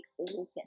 open